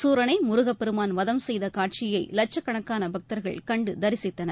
சூரனை முருகப்பெருமான் வதம் செய்த காட்சியை லட்சக்கணக்கான பக்தர்கள் கண்டு தரிசித்தனர்